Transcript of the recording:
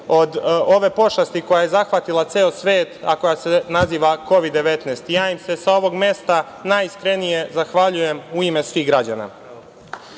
od ove pošasti koja je zahvatila ceo svet, a koja se naziva Kovid-19. Ja im se sa ovog mesta najiskrenije zahvaljujem u ime svih građana. Pored